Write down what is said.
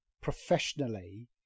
professionally